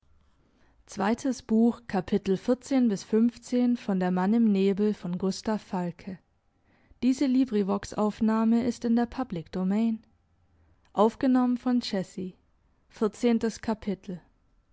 der mann im nebel by gustav falke this